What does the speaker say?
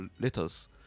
letters